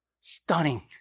stunning